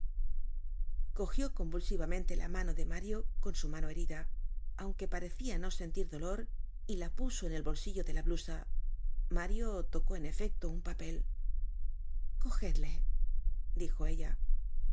cogió convulsivamente la mano de mario con su mano herida aunque parecia no sentir dolor y la puso en el bolsillo de la blusa mario tocó en efecto un papel cogedle dijo ella